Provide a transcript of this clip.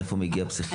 מאיפה מגיע פסיכיאטר?